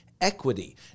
equity